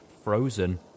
Frozen